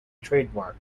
trademark